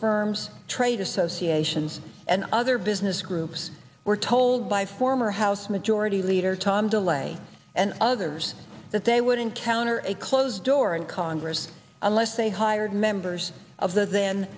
firms trade associations and other business groups were told by former house majority leader tom de lay and others that they would encounter a closed door in congress unless they hired members of th